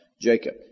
Jacob